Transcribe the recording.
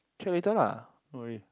check later lah don't worry